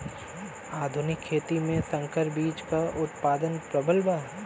आधुनिक खेती में संकर बीज क उतपादन प्रबल बा